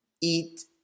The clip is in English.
eat